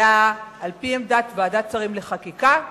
אלא על-פי עמדת ועדת השרים לחקיקה,